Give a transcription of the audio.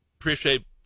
appreciate